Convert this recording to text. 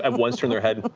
and once turn their head. but